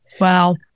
Wow